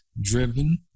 driven